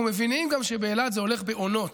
אנחנו מבינים גם שבאילת זה הולך בעונות.